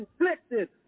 inflicted